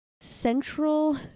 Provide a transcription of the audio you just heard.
Central